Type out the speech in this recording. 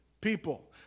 people